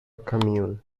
commune